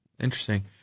Interesting